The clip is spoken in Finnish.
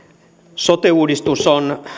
sote uudistus on